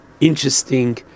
interesting